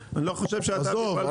-- עזוב,